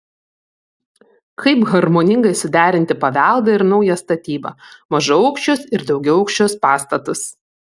kaip harmoningai suderinti paveldą ir naują statybą mažaaukščius ir daugiaaukščius pastatus